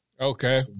Okay